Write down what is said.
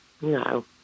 No